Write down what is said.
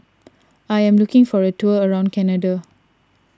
I am looking for a tour around Canada